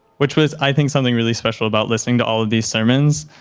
which was i think, something really special about listening to all of these sermons.